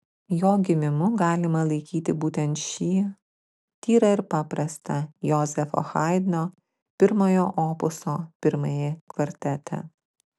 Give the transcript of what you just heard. jo gimimu galima laikyti būtent šį tyrą ir paprastą jozefo haidno pirmojo opuso pirmąjį kvartetą